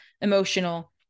emotional